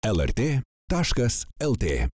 lrt taškas lt